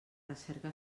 recerca